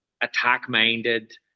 attack-minded